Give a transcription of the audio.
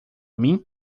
mim